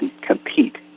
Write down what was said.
compete